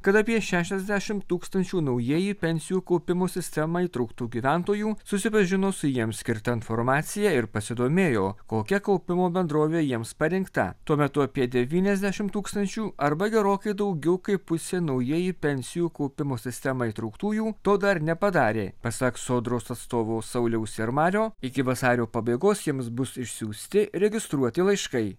kad apie šešiasdešimt tūkstančių naujieji pensijų kaupimo sistemą įtrauktų gyventojų susipažino su jiems skirta informacija ir pasidomėjo kokia kaupimo bendrovė jiems parinkta tuo metu apie devyniasdešimt tūkstančių arba gerokai daugiau kaip pusė naujieji pensijų kaupimo sistemą įtrauktųjų to dar nepadarė pasak sodros atstovo sauliaus ir mario iki vasario pabaigos jiems bus išsiųsti registruoti laiškai